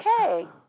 Okay